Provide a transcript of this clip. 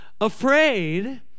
afraid